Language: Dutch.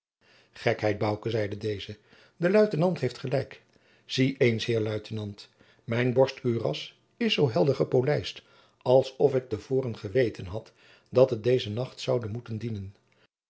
bouke zeide deze de luitenant heeft gelijk zie eens heer luitenant mijn borstkuras is zoo helder gepolijst alsof ik te voren geweten had dat het deze nacht zoude moeten dienen